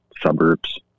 suburbs